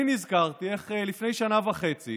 אני נזכרתי איך לפני שנה וחצי